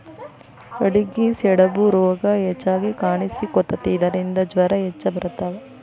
ಆಡಿಗೆ ಸಿಡುಬು ರೋಗಾ ಹೆಚಗಿ ಕಾಣಿಸಕೊತತಿ ಇದರಿಂದ ಜ್ವರಾ ಹೆಚ್ಚ ಬರತಾವ